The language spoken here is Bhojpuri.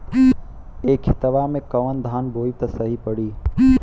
ए खेतवा मे कवन धान बोइब त सही पड़ी?